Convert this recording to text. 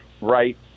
right